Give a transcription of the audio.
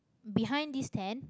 behind this tent